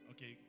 Okay